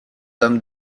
dame